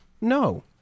No